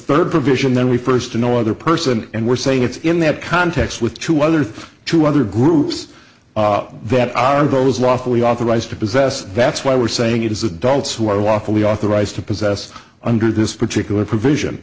third provision then we first annoy other person and we're saying it's in that context with two other things to other groups that are those lawfully authorized to possess that's why we're saying it is adults who are walk away authorized to possess under this particular provision